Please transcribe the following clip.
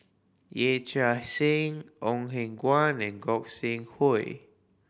Yee Chia Hsing Ong Eng Guan and Gog Sing Hooi